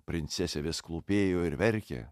princesė vis klūpėjo ir verkė